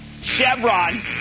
Chevron